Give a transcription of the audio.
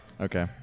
Okay